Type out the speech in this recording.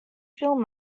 film